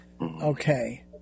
okay